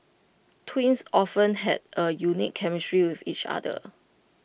twins often have A unique chemistry with each other